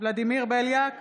ולדימיר בליאק,